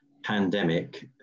pandemic